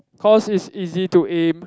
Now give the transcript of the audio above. cause is easy to aim